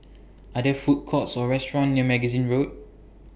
Are There Food Courts Or restaurants near Magazine Road